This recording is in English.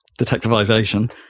detectivization